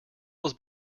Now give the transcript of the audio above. was